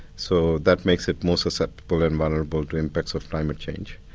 so that makes it more susceptible and vulnerable to impacts of climate change.